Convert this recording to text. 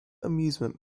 amusement